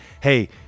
hey